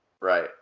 Right